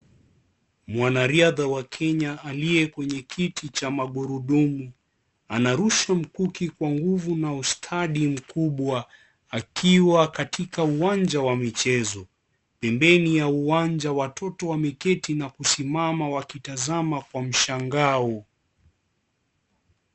Mwanariadha wa Kenya aliye kwenye kiti cha magurudumu anarusha mkuki kwa nguvu na ustadi mkubwa akiwa katika uwanja wa michezo pembeni ya uwanja watoto wameketi na kusimama wakitazama kwa mshangao.